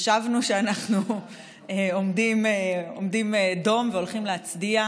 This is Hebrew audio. חשבנו שאנחנו עומדים דום והולכים להצדיע,